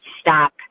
stop